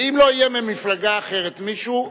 ואם לא יהיה ממפלגה אחרת מישהו,